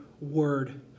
word